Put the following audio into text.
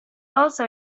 also